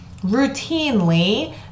routinely